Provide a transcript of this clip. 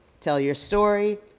tell your story,